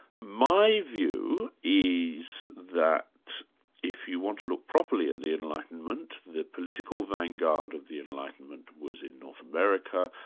my view is that if you want to look properly at the enlightenment, the political vanguard of the enlightenment was in north america,